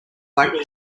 black